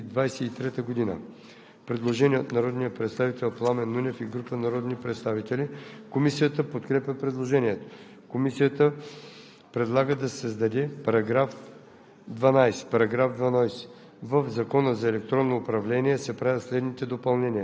„1 януари 2022 г.“ се заменят с „31 декември 2023 г.“.“ Предложение от народния представител Пламен Нунев и група народни представители. Комисията подкрепя предложението. Комисията предлага да се създаде §